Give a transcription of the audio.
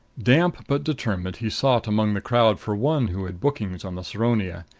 damp but determined, he sought among the crowd for one who had bookings on the saronia.